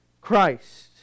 Christ